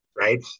Right